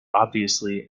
obviously